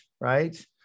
right